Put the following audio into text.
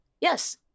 Yes